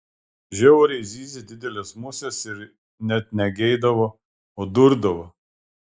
žiauriai zyzė didelės musės ir net ne geidavo o durdavo